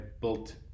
built